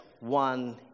one